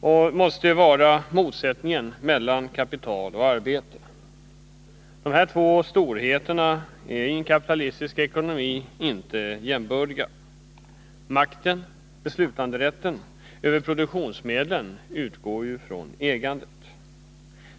om detta måste vara motsättningen mellan kapital och arbete. Dessa två storheter är inte jämbördiga i en kapitalistisk ekonomi. Makten, beslutanderätten över produktionsmedlen, utgår från ägandet.